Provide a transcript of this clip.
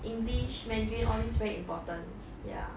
english mandarin all these very important ya